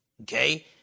okay